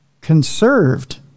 conserved